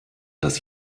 dass